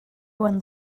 when